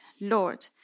Lord